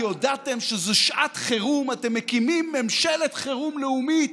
הודעתם שזו שעת חירום ואתם מקימים ממשלת חירום לאומית.